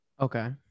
okay